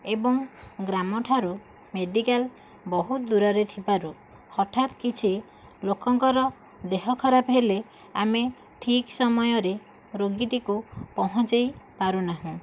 ଏବଂ ଗ୍ରାମଠାରୁ ମେଡ଼ିକାଲ ବହୁତ ଦୂରରେ ଥିବାରୁ ହଠାତ୍ କିଛି ଲୋକଙ୍କର ଦେହ ଖରାପ ହେଲେ ଆମେ ଠିକ୍ ସମୟରେ ରୋଗୀଟିକୁ ପହଞ୍ଚେଇ ପାରୁନାହୁଁ